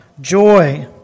joy